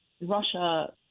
Russia